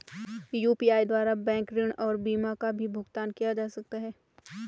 UPI द्वारा bank ऋण और बीमा का भी भुगतान किया जा सकता है?